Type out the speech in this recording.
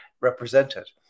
represented